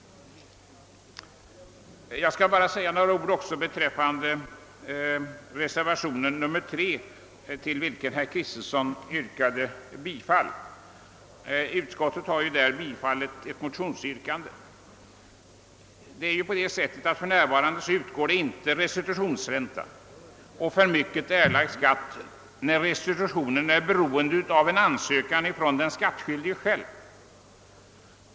Jag vill också med några ord kommentera reservationen nr 3, till vilken herr Kristenson yrkade bifall. Utskottet har på denna punkt tillstyrkt ett motionsyrkande. För närvarande utgår inte restitutionsränta på överskjutande skatt när restitutionen är beroende av en ansökan från den skattskyldige själv.